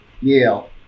Yale